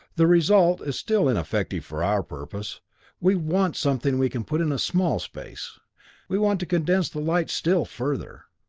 the result is still ineffective for our purpose we want something we can put in a small space we want to condense the light still further.